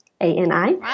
A-N-I